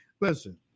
Listen